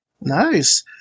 Nice